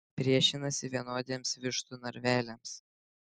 priešinasi vienodiems vištų narveliams